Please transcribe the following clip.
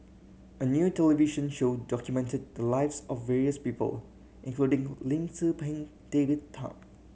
a new television show documented the lives of various people including Lim Tze Peng David Tham